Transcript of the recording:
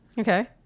Okay